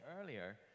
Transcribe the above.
earlier